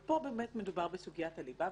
פה מדובר בסוגיית הליבה.